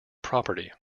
property